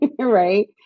right